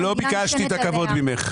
לא ביקשתי את הכבוד ממך.